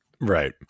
Right